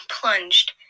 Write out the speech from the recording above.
plunged